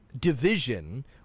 Division